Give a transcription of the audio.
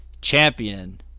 champion